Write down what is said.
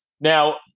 Now